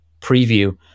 preview